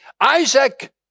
Isaac